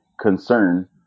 concern